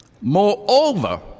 Moreover